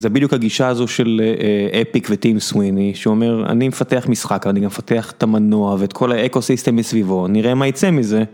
זה בדיוק הגישה הזו של אפיק וטים סוויני שאומר אני מפתח משחק אני גם מפתח את המנוע ואת כל האקוסיסטם מסביבו נראה מה יצא מזה